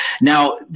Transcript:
Now